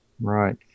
Right